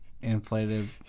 inflated